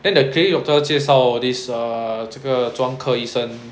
then the clinic doctor 介绍 this err 这个专科医生